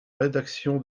rédaction